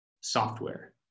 software